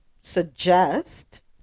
suggest